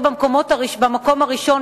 במקום הראשון,